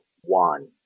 one